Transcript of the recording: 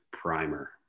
Primer